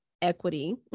Equity